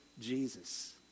Jesus